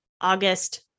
August